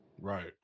Right